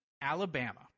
Alabama